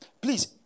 Please